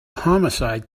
homicide